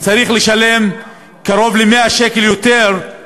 יותר טוב ויעשו את העבודה יותר טוב.